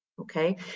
Okay